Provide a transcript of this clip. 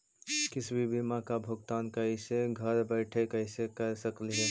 किसी भी बीमा का भुगतान कैसे घर बैठे कैसे कर स्कली ही?